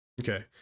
Okay